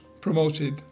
promoted